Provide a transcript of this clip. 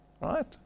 Right